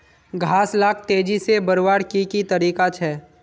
घास लाक तेजी से बढ़वार की की तरीका छे?